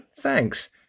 Thanks